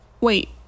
Wait